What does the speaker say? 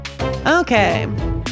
Okay